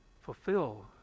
fulfill